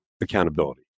accountability